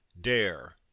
dare